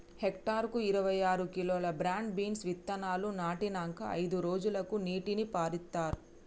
hectare కు ఇరవై ఆరు కిలోలు బ్రాడ్ బీన్స్ విత్తనాలు నాటినంకా అయిదు రోజులకు నీటిని పారిత్తార్